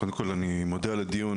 קודם כול, אני מודה על הדיון.